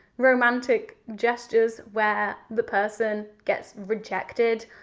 romantic gestures where the person gets rejected,